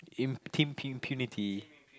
in Team Impunity